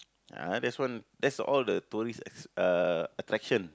ah that's one that's all the tourist uh attraction